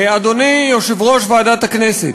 אדוני יושב-ראש ועדת הכנסת,